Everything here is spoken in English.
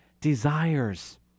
desires